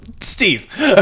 Steve